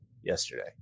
yesterday